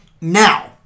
Now